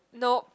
nope